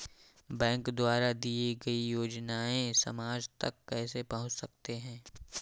Bank द्वारा दिए गए योजनाएँ समाज तक कैसे पहुँच सकते हैं?